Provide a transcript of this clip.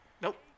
Nope